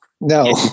No